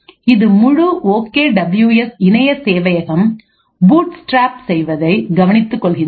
இது முழு OK W S இணைய சேவையகம் பூட்ஸ்றப் செய்வதை கவனித்துக் கொள்கிறது